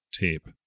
tape